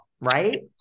right